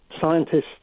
scientists